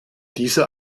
diese